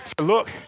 Look